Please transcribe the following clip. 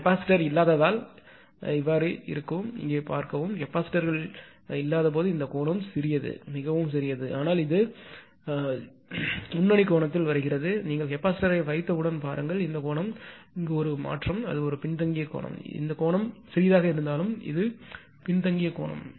capacitor இல்லாததால் இங்கே பார்க்கவும் கெபாசிட்டர்கள் இல்லாதபோது இந்த கோணம் மிகவும் சிறியது ஆனால் அது முன்னணி கோணத்தில் வருகிறது ஆனால் நீங்கள் கெபாசிட்டர் யை வைத்தவுடன் பாருங்கள் இந்த கோணம் ஒரு மாற்றம் அது பின்தங்கிய கோணம் இப்போது சிறியதாக இருந்தாலும் பின்தங்கிய கோணம்